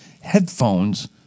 headphones